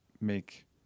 make